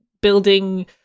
building